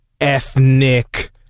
ethnic